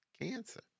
Cancer